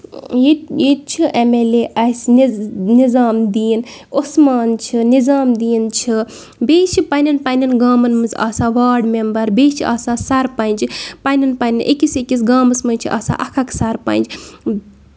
ییٚتہِ ییٚتہِ چھُ ایم ایل اے اَسہِ نِظ نظامدیٖن اُسمان چھُ نِظامدیٖن چھُ بیٚیہِ چھِ پَنٕنٮ۪ن پَنٕنٮ۪ن گامَن منٛز آسان واڑ مٮ۪مبر بیٚیہِ چھِ آسان سَرپَنچ پَنٕنٮ۪ن پَنٕنٮ۪ن أکِس أکِس گامَس منٛز چھِ آسان اَکھ اَکھ سَرپَنچ